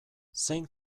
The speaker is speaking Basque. zein